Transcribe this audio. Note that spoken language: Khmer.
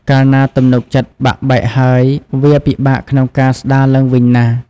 កាលណាទំនុកចិត្តបាក់បែកហើយ វាពិបាកក្នុងការស្ដារឡើងវិញណាស់។